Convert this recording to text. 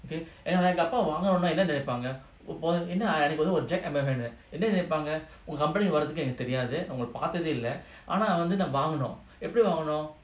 okay and I எங்கஅப்பாவந்துவாங்கணும்னாஎன்னநினைப்பாங்க:enga appa vandhu vanganumna enna nenaipanga online then they என்னநினைப்பாங்கஉங்ககம்பெனிவரத்துக்குஎனக்குதெரியாதுஆனாவாங்கணும்எப்படிவாங்கணும்:enna nenaipanga unga kambai varathuku enaku theriathu ana vanganum epdi vanganum